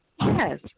Yes